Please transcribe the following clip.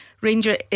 Ranger